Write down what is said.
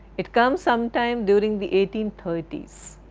it comes sometimes during the eighteen thirty s.